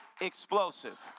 explosive